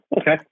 Okay